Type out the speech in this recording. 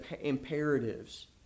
imperatives